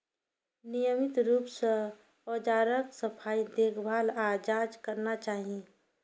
नियमित रूप सं औजारक सफाई, देखभाल आ जांच करना चाही